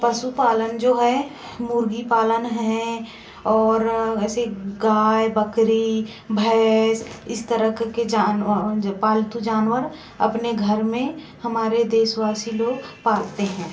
पशुपालन जो है मुर्गी पालन है और ऐसे गाय बकरी भैंस इस तरीके के जानव ज पालतू जानवर अपने घर में हमारे देशवासी लोग पालते हैं